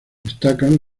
destacan